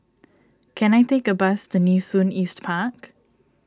can I take a bus to Nee Soon East Park